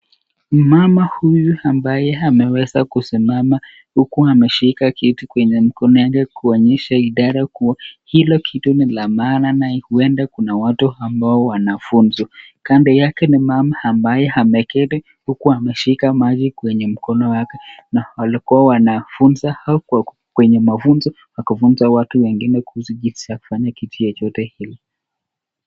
Mama huyu ambaye ameweza kusimama huku ameshika kiti kwenye mkono yake kuonyesha idara kuwa hilo kiti ni la maana, na huenda kuna watu ambao wanafuzwa. Kando yake ni mama ambaye ameketi huku ameshika maji kwenye mkono wake. Na walikuwa wanafuzwa hapo kwenye mafunzo, wakafunza watu wengine kuzijihisi ya kufanya kiti chochote hicho.